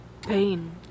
pain